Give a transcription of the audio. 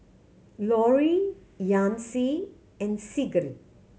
Laurie Yancy and Sigrid